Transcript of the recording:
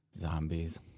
Zombies